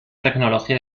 tecnología